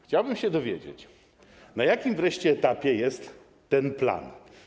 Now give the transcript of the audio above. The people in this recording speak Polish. Chciałbym się dowiedzieć, na jakim etapie jest ten plan.